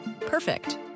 Perfect